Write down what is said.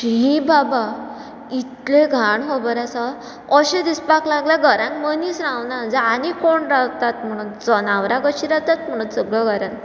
शी बाबा इतलें घाण खबर आसा अशें दिसपाक लागलें घरान मनीस रावना आनी कोण रावता म्हणून जनावरां कशीं रावतात म्हणून सगल्या घरान